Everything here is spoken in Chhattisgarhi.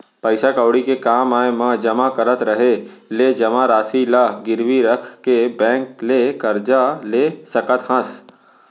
पइसा कउड़ी के काम आय म जमा करत रहें ले जमा रासि ल गिरवी रख के बेंक ले करजा ले सकत हस